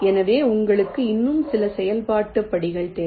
எனவே உங்களுக்கு இன்னும் சில செயல்பாட்டு படிகள் தேவை